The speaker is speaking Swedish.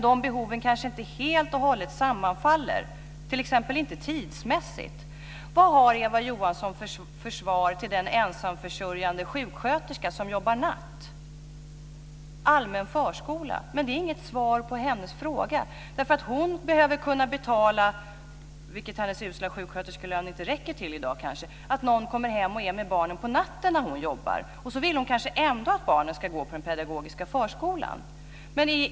De behoven kanske inte helt och hållet sammanfaller, t.ex. inte tidsmässigt. Vad har Eva Johansson för svar till den ensamförsörjande sjuksköterska som jobbar natt? Allmän förskola. Det är inget svar på hennes fråga. Hon behöver kunna betala - vilket kanske inte hennes usla sjuksköterskelön räcker till i dag - att någon kommer hem och är med barnen på natten när hon jobbar. Sedan vill hon kanske ändå att barnen ska gå på den pedagogiska förskolan.